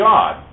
God